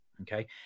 Okay